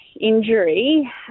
injury